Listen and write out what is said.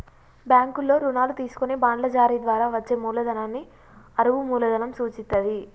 బ్యాంకుల్లో రుణాలు తీసుకొని బాండ్ల జారీ ద్వారా వచ్చే మూలధనాన్ని అరువు మూలధనం సూచిత్తది